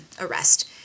arrest